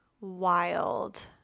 wild